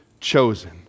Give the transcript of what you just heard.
chosen